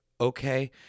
okay